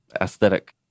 aesthetic